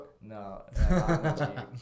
no